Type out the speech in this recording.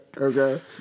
okay